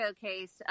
case